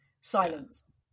silence